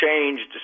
changed